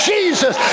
Jesus